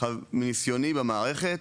עכשיו, מניסיוני במערכת